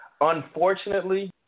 unfortunately